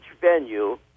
venue